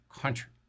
country